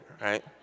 right